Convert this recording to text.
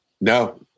No